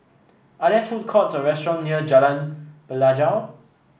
are there food courts or restaurants near Jalan Pelajau